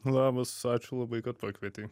labas ačiū labai kad pakvietei